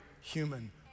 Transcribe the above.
human